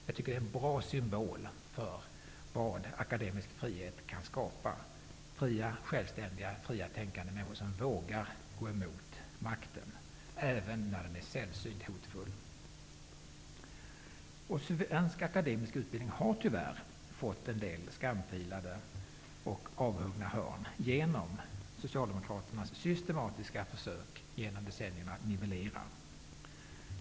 Jag tycker att det är en bra symbol för vad akademisk frihet kan skapa -- fria och självständiga och fria och tänkande människor, som vågar gå emot makten även när den är sällsynt hotfull. Svensk akademisk utbildning har tyvärr fått en del skamfilade och avhuggna hörn genom Socialdemokraternas systematiska försök genom decennierna att nivellera.